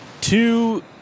two